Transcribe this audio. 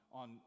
on